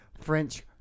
French